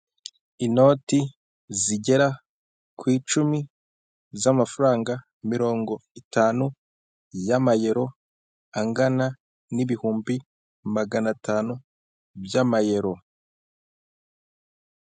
Inoti zigera ku icumi z'amafaranga mirongo itanu y'amayero, angana n'ibihumbi magana atanu by'amayero.